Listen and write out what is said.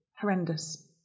Horrendous